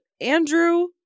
Andrew